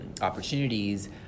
opportunities